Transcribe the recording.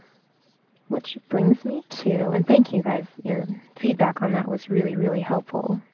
which brings me to, and thank you guys. your feedback on that was really, really helpful.